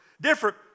Different